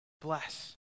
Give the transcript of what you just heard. Bless